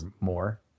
more